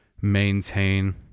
maintain